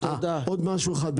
עוד משהו אחד,